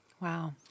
Wow